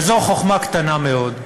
וזו חוכמה קטנה מאוד.